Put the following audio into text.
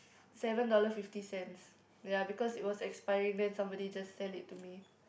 seven dollar fifty cents ya because it was expiring then somebody just sell it to me